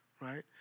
right